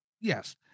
Yes